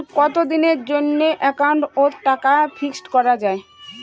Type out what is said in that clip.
কতদিনের জন্যে একাউন্ট ওত টাকা ফিক্সড করা যায়?